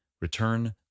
Return